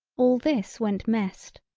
all this went messed.